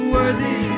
Worthy